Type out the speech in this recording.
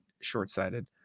short-sighted